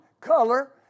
color